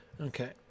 Okay